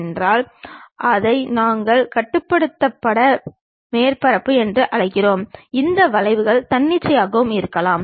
வெவ்வேறு தோற்றங்களான பக்கவாட்டு தோற்றம் முன் பக்க தோற்றம் மற்றும் மேல் பக்க தோற்றம் ஆகியவை பெறப்படுகின்றன